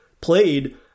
played